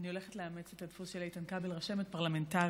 ואני הולכת לאמץ את הדפוס של איתן כבל: רשמת פרלמנטרית,